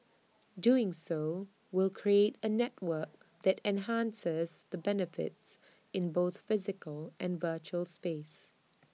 doing so will create A network that enhances the benefits in both physical and virtual space